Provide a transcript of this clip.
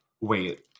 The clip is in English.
Wait